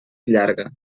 llarga